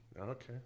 Okay